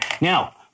now